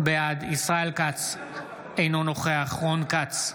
בעד ישראל כץ, אינו נוכח רון כץ,